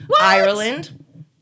Ireland